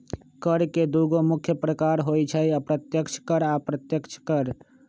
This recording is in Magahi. कर के दुगो मुख्य प्रकार होइ छै अप्रत्यक्ष कर आ अप्रत्यक्ष कर